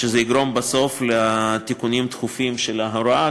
שזה יגרום בסוף לתיקונים תכופים של ההוראה,